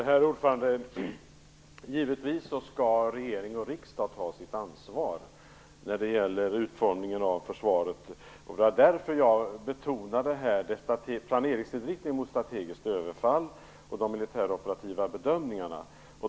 Herr talman! Givetvis skall regering och riksdag ta sitt ansvar när det gäller utformningen av försvaret. Det var därför som jag betonade planeringsinriktningen mot strategiskt överfall och de militäroperativa bedömningarna.